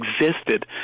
existed